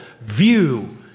view